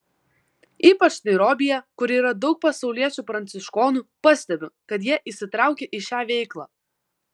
ypač nairobyje kur yra daug pasauliečių pranciškonų pastebiu kad jie įsitraukę į šią veiklą